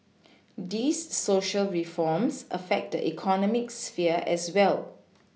these Social reforms affect the economic sphere as well